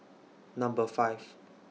Number five